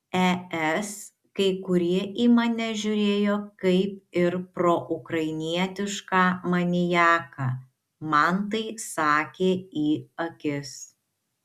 es kai kurie į mane žiūrėjo kaip ir proukrainietišką maniaką man tai sakė į akis